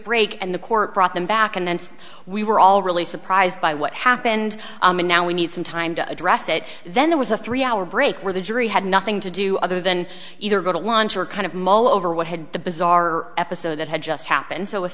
break and the court brought them back in and we were all really surprised by what happened and now we need some time to address it then there was a three hour break where the jury had nothing to do other than either go to lunch or kind of mull over what had the bizarre episode that had just happened so